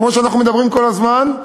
כמו שאנחנו מדברים כל הזמן,